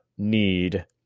need